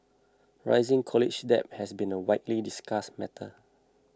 rising college debt has been a widely discussed matter